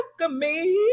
alchemy